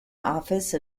office